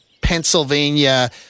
Pennsylvania